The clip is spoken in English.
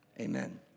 Amen